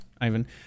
Ivan